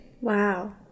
wow